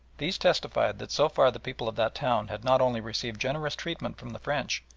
these testified that so far the people of that town had not only received generous treatment from the french,